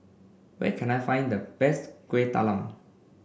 where can I find the best Kueh Talam